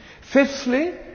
Fifthly